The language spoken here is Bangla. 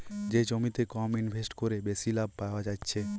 যে জমিতে কম ইনভেস্ট কোরে বেশি লাভ পায়া যাচ্ছে